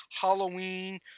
Halloween